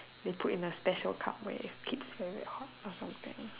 put in a special cup where it keeps very hot or some thing